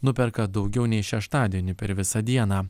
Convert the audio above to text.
nuperka daugiau nei šeštadienį per visą dieną